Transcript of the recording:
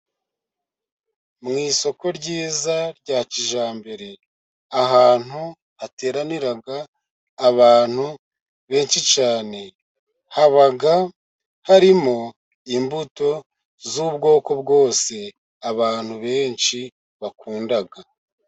Mu isoko ryiza rya kijyambere, ahantu hateranira abantu benshi cyane, haba harimo imbuto z'ubwoko bwose abantu benshi bakunda.